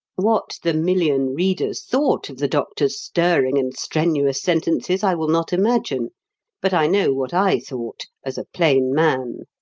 what the million readers thought of the doctor's stirring and strenuous sentences i will not imagine but i know what i thought, as a plain man.